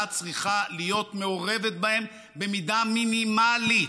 צריכה להיות מעורבת בהם במידה מינימלית,